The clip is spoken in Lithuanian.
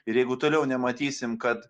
ir jeigu toliau nematysim kad